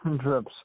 trips